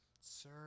Sir